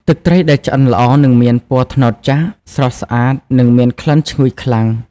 ទឹកត្រីដែលឆ្អិនល្អនឹងមាន ពណ៌ត្នោតចាស់ ស្រស់ស្អាតនិងមានក្លិនឈ្ងុយខ្លាំង។